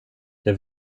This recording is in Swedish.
det